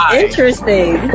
interesting